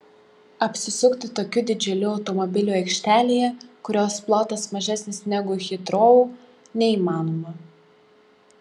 apsisukti tokiu didžiuliu automobiliu aikštelėje kurios plotas mažesnis negu hitrou neįmanoma